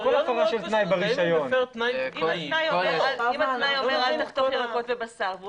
אם התנאי אומר אל תחתוך ירקות ובשר והוא